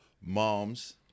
moms